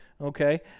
okay